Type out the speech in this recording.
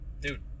dude